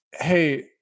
hey